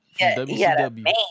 WCW